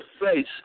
face